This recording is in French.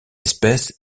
espèce